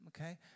okay